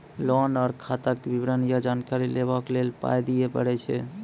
Loan आर खाताक विवरण या जानकारी लेबाक लेल पाय दिये पड़ै छै?